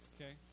Okay